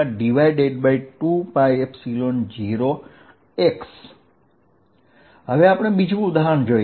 Fxqλ2π0x હવે આપણે બીજું ઉદાહરણ જોઈએ